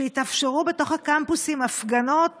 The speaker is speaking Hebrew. שהתאפשרו בתוך הקמפוסים הפגנות